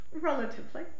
Relatively